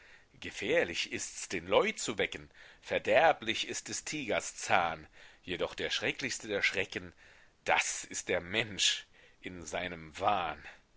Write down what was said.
gefährlich ists den leu zu wecken verderblich ist des tigers zahn jedoch der schrecklichste der schrecken das ist der mensch in seinem wahn